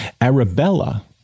Arabella